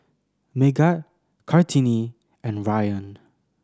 Megat Kartini and Ryan